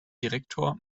direktor